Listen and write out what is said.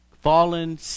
fallen